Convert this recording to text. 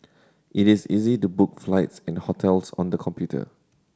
it is easy to book flights and hotels on the computer